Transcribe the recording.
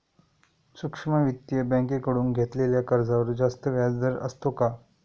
सूक्ष्म वित्तीय बँकेकडून घेतलेल्या कर्जावर जास्त व्याजदर असतो का?